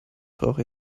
brauche